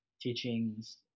teachings